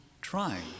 trying